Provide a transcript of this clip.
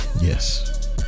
Yes